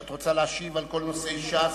את רוצה להשיב על כל נושאי ש"ס?